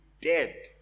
dead